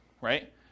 right